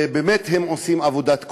הם באמת עושים עבודת קודש,